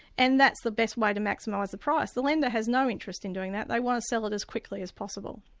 and that's the best way to maximise the price. the lender has no interest in doing that, they want to sell it as quickly as possible.